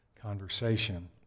conversation